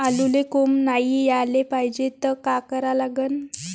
आलूले कोंब नाई याले पायजे त का करा लागन?